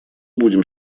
будем